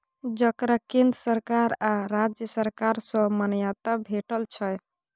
जकरा केंद्र सरकार आ राज्य सरकार सँ मान्यता भेटल छै